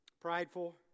prideful